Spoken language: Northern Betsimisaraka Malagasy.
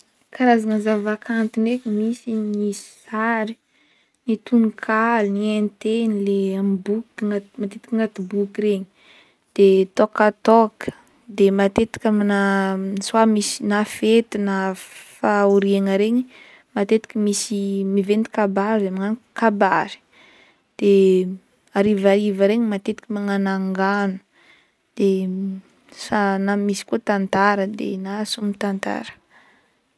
Karazagna zava-kanto ndraiky misy ny sary, ny tononkalo, ny hainteny le amin'ny boky matetika agnaty boky regny, de tôkatôka de matetika amina soit misy na fety na fahoriana regny, matetika misy miventy kabary magnano kabary, de arivariva regny matetika magnano angano, de na misy koa tantara na sombitantara.